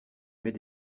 mets